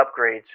upgrades